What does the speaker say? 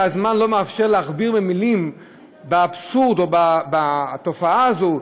הזמן לא מאפשר להכביר מילים על האבסורד בתופעה הזאת,